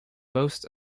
boasts